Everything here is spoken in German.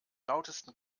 lautesten